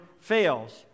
fails